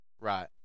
Right